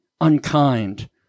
unkind